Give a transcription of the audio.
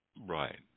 Right